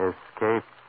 Escape